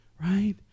right